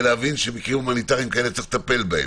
להבין שמקרים הומניטריים כאלה יש לטפל בהם.